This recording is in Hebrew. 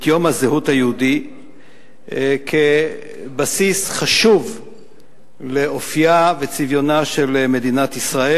את יום הזהות היהודית כבסיס חשוב לאופיה וצביונה של מדינת ישראל.